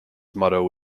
motto